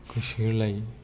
गोसो होलायो